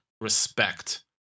respect